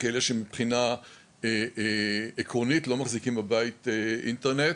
או כאלה שמבחינה עקרונית לא מחזיקים בבית אינטרנט.